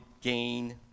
gain